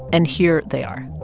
and here they are